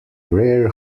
rare